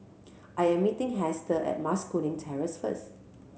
I am meeting Hester at Mas Kuning Terrace first